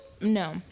No